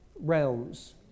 realms